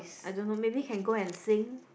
I don't know maybe can go and sing